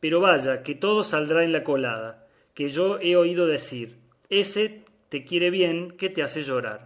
pero vaya que todo saldrá en la colada que yo he oído decir ése te quiere bien que te hace llorar